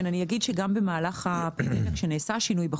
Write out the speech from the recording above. אני חושב שאם הדבר לא מוסכם כרגע,